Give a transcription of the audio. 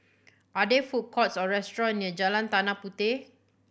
are there food courts or restaurant near Jalan Tanah Puteh